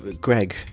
Greg